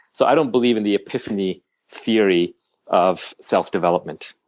so i don't believe in the epiphany theory of self development.